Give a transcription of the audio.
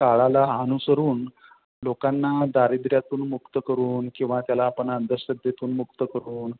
काळाला अनुसरून लोकांना दारिद्र्यातून मुक्त करून किंवा त्याला आपण अंधश्रद्धेतून मुक्त करून